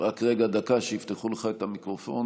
רק רגע, דקה, עד שיפתחו לך את המיקרופון.